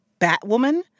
Batwoman